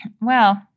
well-